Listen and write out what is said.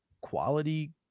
quality